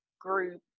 group